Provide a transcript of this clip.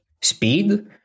speed